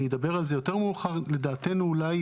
לדעתנו יש